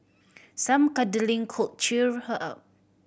some cuddling could cheer her up